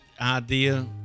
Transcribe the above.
idea